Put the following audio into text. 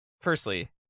firstly